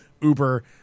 uber